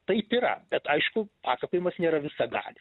taip yra bet aišku pasakojimas nėra visagalis